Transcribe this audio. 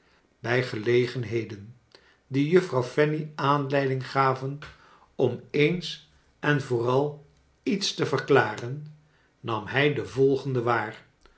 bij gelegenheden die juffrouw fanny aanleiding gaven om eens en voor al iets te verklaren nam hij de volgende waar